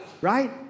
Right